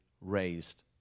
raised